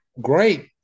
great